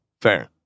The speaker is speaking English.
Fair